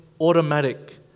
automatic